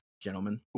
gentlemen